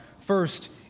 First